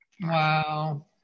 wow